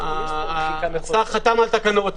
השר חתם על תקנות.